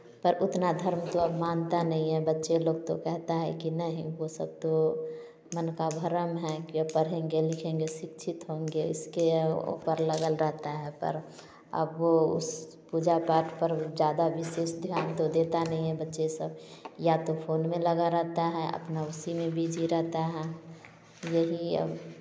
पर उतना धर्म तो अब मानता नहीं है बच्चे लोग तो कहता है कि नहीं वो सब तो मन का भरम है या पढ़ेंगे लिखेंगे शिक्षित होंगे इसके ऊपर लगा रहता है पर अब वो उस पूजा पाठ पर ज्यादा विशेष ध्यान तो देता नहीं है बच्चे सब या तो फ़ोन में लगा रहता है अपना उसी में बीज़ी रहता हैं यही अब